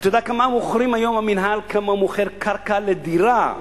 אתה יודע בכמה היום המינהל מוכר קרקע לדירה,